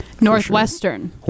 Northwestern